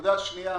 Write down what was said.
הנקודה השנייה